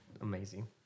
Amazing